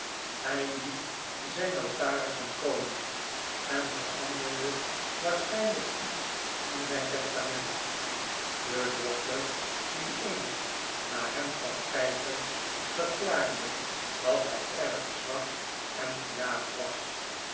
hij liet zijn notarissen komen en veranderde waarschijnlijk iets in zijn testament de dokter die eens naar hem kwam kijken verklaarde dat hij erg zwak en gejaagd was